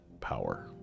power